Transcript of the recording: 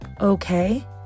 okay